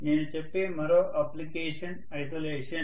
నేను చెప్పే మరో అప్లికేషన్ ఐసోలేషన్